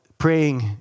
praying